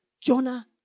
Jonah